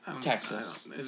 Texas